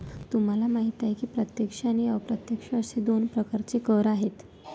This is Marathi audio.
तुम्हाला माहिती आहे की प्रत्यक्ष आणि अप्रत्यक्ष असे दोन प्रकारचे कर आहेत